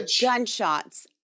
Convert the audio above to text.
gunshots